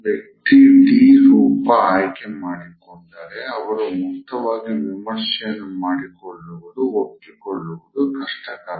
ವ್ಯಕ್ತಿ ಡಿ ರೂಪ ಆಯ್ಕೆ ಮಾಡಿಕೊಂಡರೆ ಅವರು ಮುಕ್ತವಾಗಿ ವಿಮರ್ಶೆಯನ್ನು ಒಪ್ಪಿಕೊಳ್ಳುವುದು ಕಷ್ಟಕರ